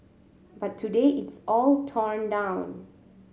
but today it's all torn down